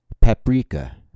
paprika